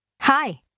Hi